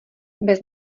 bez